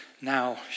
now